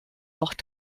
noch